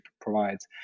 provides